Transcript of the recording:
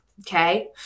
okay